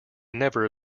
never